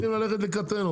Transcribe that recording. אתם צריכים ללכת לקראתנו.